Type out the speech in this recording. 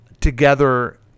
together